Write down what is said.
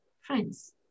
friends